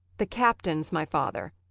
the captain's my father.